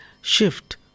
shift